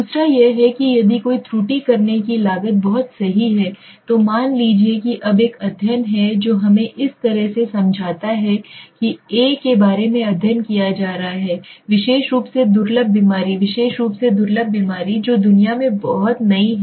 दूसरा यह है कि यदि कोई त्रुटि करने की लागत बहुत अधिक सही है तो मान लीजिए कि अब एक अध्ययन है जो हमें इस तरह से समझाता है कि ए के बारे में अध्ययन किया जा रहा है विशेष रूप से दुर्लभ बीमारी विशेष रूप से दुर्लभ बीमारी जो दुनिया में बहुत नई है